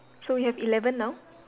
so we have eleven now